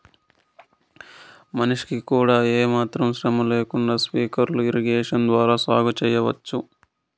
మనిషికి కూడా ఏమాత్రం శ్రమ లేకుండా స్ప్రింక్లర్ ఇరిగేషన్ ద్వారా సాగు చేయవచ్చు